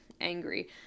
angry